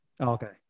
okay